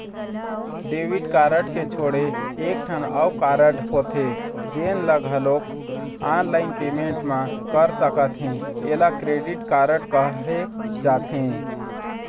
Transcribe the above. debit card के छोड़े एकठन अउ कारड होथे जेन ल घलोक ऑनलाईन पेमेंट म कर सकथे एला क्रेडिट कारड कहे जाथे